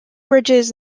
bridges